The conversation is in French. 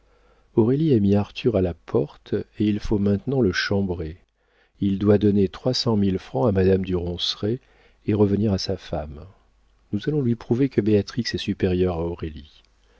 a mis arthur à la porte et il faut maintenant le chambrer il doit donner trois cent mille francs à madame du ronceret et revenir à sa femme nous allons lui prouver que béatrix est supérieure